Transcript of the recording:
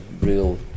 real